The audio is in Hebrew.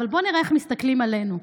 אבל בואו נראה איך מסתכלים עלינו,